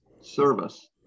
service